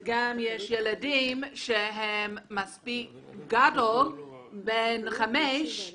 יש ילדים שהם מספיק גדולים לחגורה אבל ,